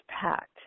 packed